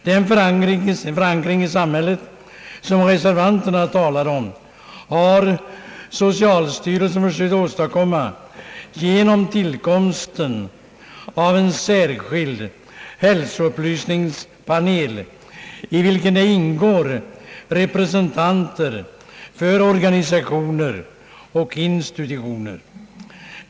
Den förankring i samhället som reservanterna talar om har socialstyrelsen försökt åstadkomma genom tillkomsten av en särskild hälsoupplysningspanel i vilken ingår representanter för organisationer och institutioner.